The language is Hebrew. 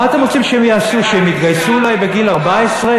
חרדים וערבים,